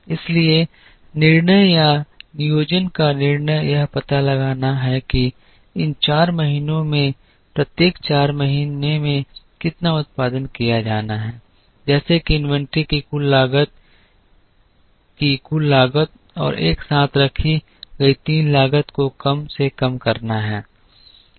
इसलिए निर्णय या नियोजन का निर्णय यह पता लगाना है कि इन चार महीनों में प्रत्येक चार महीने में कितना उत्पादन किया जाना है जैसे कि इनवेंटरी की कुल लागत की कुल लागत और एक साथ रखी गई तीन लागत को कम से कम करना है